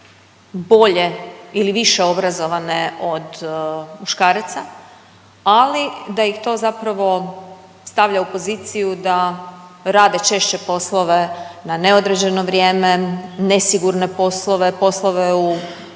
bolje ili više obrazovane od muškaraca ali da ih to zapravo stavlja u poziciju da rade češće poslove na neodređeno vrijeme, nesigurne poslove, poslove u potplaćenim